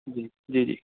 جی جی جی